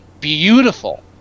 beautiful